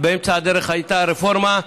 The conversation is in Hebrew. באמצע הדרך הייתה הרפורמה,